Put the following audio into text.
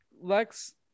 Lex